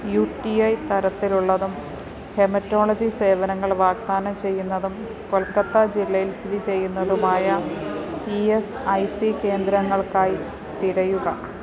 U T I തരത്തിലുള്ളതും haematology സേവനങ്ങൾ വാഗ്ദാനം ചെയ്യുന്നതും കൊൽക്കത്ത ജില്ലയിൽ സ്ഥിതി ചെയ്യുന്നതുമായ ഈ എസ് ഐ സി കേന്ദ്രങ്ങൾക്കായി തിരയുക